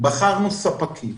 בחרנו ספקים,